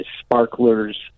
sparklers